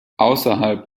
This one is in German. außerhalb